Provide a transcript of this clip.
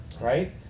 Right